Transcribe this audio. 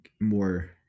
more